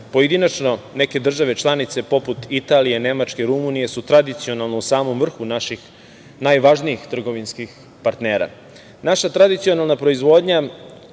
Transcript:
pojedinačno neke države članice, poput Italije, Nemačke, Rumunije su tradicionalno u samom vrhu naših najvažnijih trgovinskih partnera. Naša tradicionalna proizvodnja